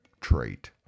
trait